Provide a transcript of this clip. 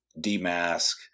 demask